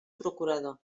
procurador